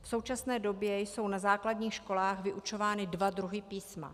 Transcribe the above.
V současné době jsou na základních školách vyučovány dva druhy písma.